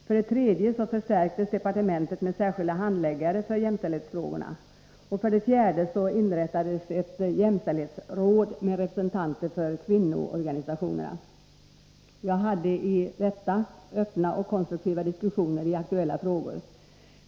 För det tredje förstärktes departementet med särskilda handläggare för jämställdhetsfrågorna. För det fjärde inrättades ett jämställdhetsråd, med representanter för kvinnoorganisationerna. Jag hade i detta råd öppna och konstruktiva diskussioner i aktuella frågor.